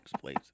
please